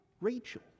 Rachel